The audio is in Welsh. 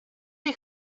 chi